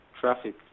traffic